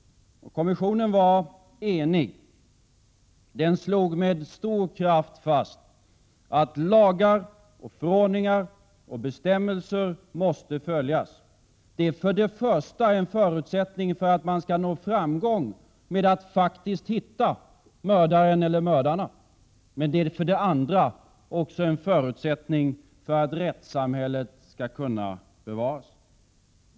Kommissionen var enig. Den slog med stor kraft fast att lagar, förordningar och bestämmelser måste följas. För det första är det en förutsättning för att man skall kunna nå framgång i arbetet med att hitta mördaren, eller mördarna. För det andra är det också en förutsättning för att rättssamhället skall kunna bevaras.